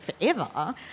forever